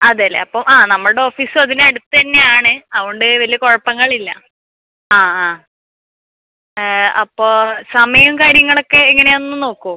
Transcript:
അതെ അല്ലേ അപ്പോൾ ആ നമ്മുടെ ഓഫീസും അതിനടുത്തന്നെ ആണ് അതോണ്ട് വലിയ കുഴപ്പങ്ങളില്ല ആ ആ അപ്പോൾ സമയം കാര്യങ്ങളൊക്കെ എങ്ങനെയാന്ന് നോക്കാം